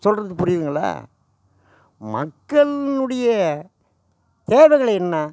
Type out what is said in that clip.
சொல்வது புரியுதுங்களா மக்களினுடைய தேவைகள் என்ன